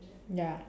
ya